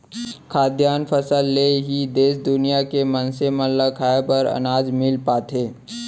खाद्यान फसल ले ही देस दुनिया के मनसे मन ल खाए बर अनाज मिल पाथे